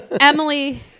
Emily